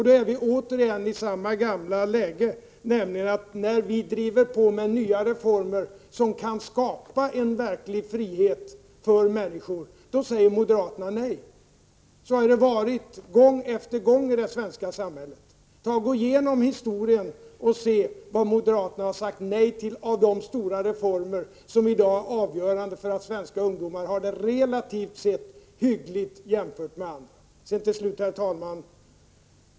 Vi är då återigen i samma gamla läge, nämligen att när socialdemokraterna driver på med nya reformer som kan skapa en verklig frihet för människor säger moderaterna nej. Så har det varit gång efter gång i det svenska samhället. Gå igenom historien och se vad moderaterna har sagt nej till av de stora reformer som i dag är avgörande för att svenska ungdomar har det relativt sett hyggligt jämfört med andra! Herr talman!